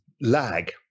lag